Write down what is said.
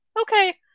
Okay